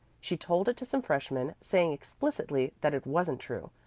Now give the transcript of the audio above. she told it to some freshmen, saying explicitly that it wasn't true,